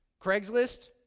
Craigslist